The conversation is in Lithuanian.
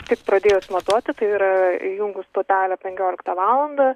tik pradėjus matuoti tai yra įjungus stotelę penkioliktą valandą